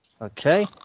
Okay